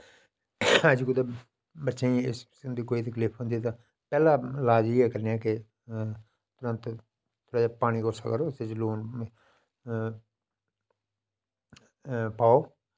अज्ज कुतै बच्चें ई इस किस्म दी तकलीफ़ होंदी ऐ तां पैह्ला लाज़ इयै करने आं के तुरंत थोह्ड़ा जेहा पानी कोस्सा करो ओह्दै च लून पाओ